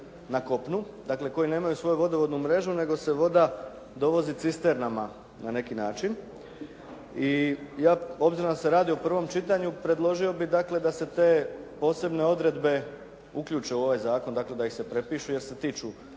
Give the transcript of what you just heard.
na kopnu, dakle koji nemaju svoju vodovodnu mrežu nego se voda dovozi cisternama na neki način. I obzirom da se radi o prvom čitanju predložio bih dakle da se te posebne odredbe uključe u ovaj zakon, dakle da ih se prepiše jer se tiču